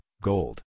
gold